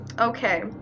Okay